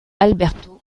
alberto